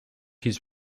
his